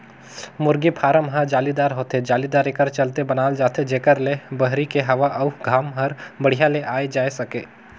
मुरगी फारम ह जालीदार होथे, जालीदार एकर चलते बनाल जाथे जेकर ले बहरी के हवा अउ घाम हर बड़िहा ले आये जाए सके